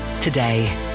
today